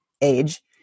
age